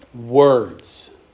words